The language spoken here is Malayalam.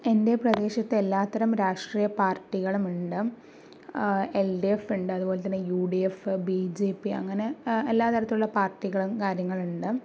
എൻ്റെ പ്രദേശത്ത് എല്ലാത്തരം രാഷ്ട്രീയ പാർട്ടികളും ഉണ്ട് എൽ ഡി എഫ് ഉണ്ട് അതുപോലെ തന്നെ U D F B J P അങ്ങനെ എല്ലാതരത്തിലുള്ള പാർട്ടികളും കാര്യങ്ങളും ഉണ്ട്